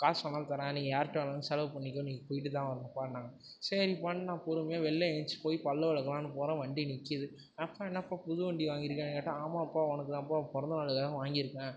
காசு வேணாலும் தரேன் நீ யார்கிட்ட வேணாலும் செலவு பண்ணிக்கோ இன்றைக்கி போய்விட்டு தான் வரணும்ப்பானாங்க சரிப்பானு நான் பொறுமையாக வெளியில ஏந்ச்சு போய் பல் விளக்கலானு போகிறேன் வண்டி நிற்கிது அப்பா என்னப்பா புது வண்டி வாங்கிருக்கியான்னு கேட்டால் ஆமாப்பா உனக்கு தான்ப்பா பிறந்தநாளுக்காக வாங்கியிருக்கேன்